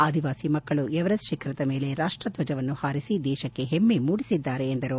ಆದಿವಾಸಿ ಮಕ್ಕಳು ಎವರೆಸ್ಟ್ ಶಿಖರದ ಮೇಲೆ ರಾಷ್ಪದ್ವಜವನ್ನು ಹಾರಿಸಿ ದೇಶಕ್ಕೆ ಹೆಮ್ಮೆ ಮೂಡಿಸಿದ್ದಾರೆ ಎಂದರು